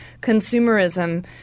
consumerism